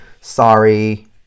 sorry